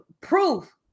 proof